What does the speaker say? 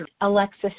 Alexis